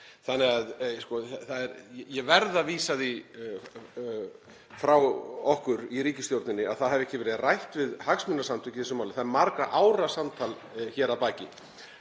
Ég verð því að vísa því frá okkur í ríkisstjórninni að það hafi ekki verið rætt við hagsmunasamtök í þessu máli. Það er margra ára samtal hér að baki.